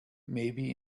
maybe